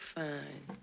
fine